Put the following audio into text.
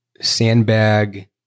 sandbag